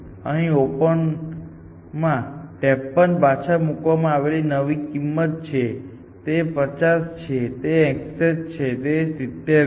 heuristic function દ્વારા માપવામાં આવેલું તેનું હ્યુરિસ્ટિક મૂલ્ય 45 હતું પરંતુ શોધ કર્યા પછી જાણવા મળ્યું કે તે 45 નહીં 53 છે